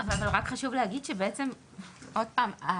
אבל רק חשוב להגיד שבעצם עוד פעם,